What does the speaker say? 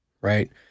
right